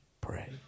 Pray